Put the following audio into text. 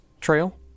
trail